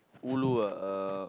ulu ah uh